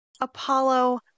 apollo